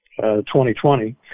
2020